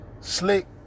Slick